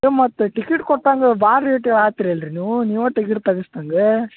ನೀವು ಮತ್ತು ಟಿಕೇಟ್ ಕೊಟ್ಟಂಗೆ ಭಾಳ ರೇಟ್ ಹಾಕ್ತಿರಲ್ ಅಲ್ರಿ ನೀವು ನೀವಾ ಟಿಕೇಟ್ ತಗಸ್ದ್ ಹಂಗೇ